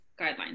guidelines